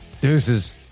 Deuces